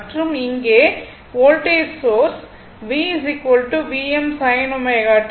மற்றும் இங்கே r voltage source V Vm sin ω t